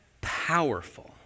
powerful